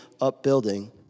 upbuilding